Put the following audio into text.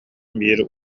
биир